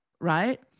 Right